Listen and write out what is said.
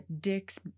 dick's